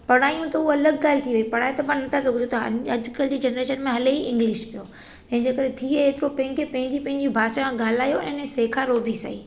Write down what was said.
पढ़ायूं त उहा अलॻि ॻाल्हि थी वयी पढ़ाई त पाण न था सघूं छो त अॼुकल्ह जी जनरेशन में हलेई इंगलिश पियो ऐं जेकरे थिए एतिरो पाणखे पंहिंजी पंहिंजी भाषा ॻाल्हायो ऐं सेखारियो ॿि सही